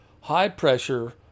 high-pressure